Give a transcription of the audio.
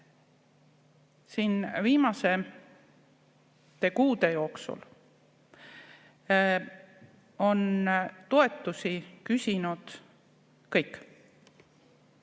Viimaste kuude jooksul on toetusi küsinud kõik.